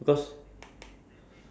like what what do you think